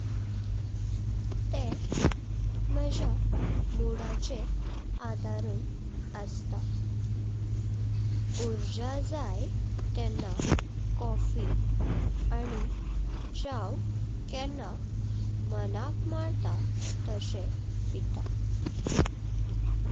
ते माझा मूड आचेर आदरून असता। ऊर्जा जाए तेंना कॉफी आणि चाव केन्ना मानक मारता तसे पिता।